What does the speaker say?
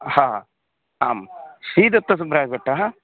हा आं श्रीदत्तसुब्रायभट्टः